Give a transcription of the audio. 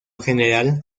general